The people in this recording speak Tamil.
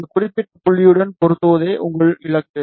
இந்த குறிப்பிட்ட புள்ளியுடன் பொருந்துவதே உங்கள் இலக்கு